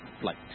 flight